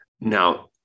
Now